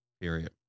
period